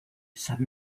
sabe